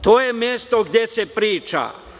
To je mesto gde se priča.